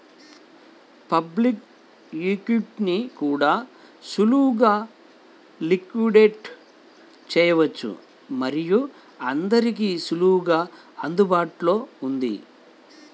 public ఈక్విటీని కూడా సులభంగా లిక్విడేట్ చేయవచ్చు మరియు అందరికీ సులభంగా అందుబాటులో ఉంటుంది